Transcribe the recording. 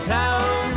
town